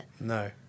No